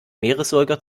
meeressäuger